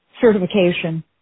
certification